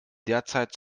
derzeit